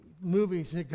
movies